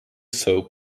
soap